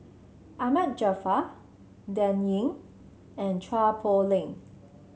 Ahmad Jaafar Dan Ying and Chua Poh Leng